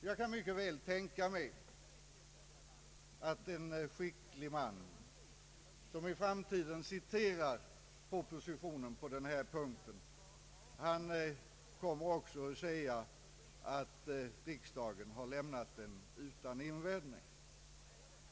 Jag kan mycket väl tänka mig att en skicklig man, som i framtiden citerar propositionen på denna punkt, också kommer att säga att riksdagen har lämnat den utan invändning.